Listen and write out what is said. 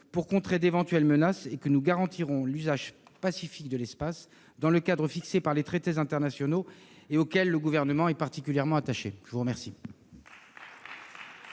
de contrer d'éventuelles menaces, et que nous garantirons l'usage pacifique de l'espace, dans le cadre fixé par les traités internationaux, auxquels le Gouvernement est particulièrement attaché. La parole